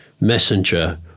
Messenger